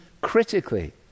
critically